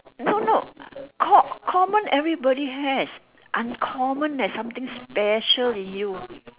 no no co~ common everybody has uncommon eh there's something special in you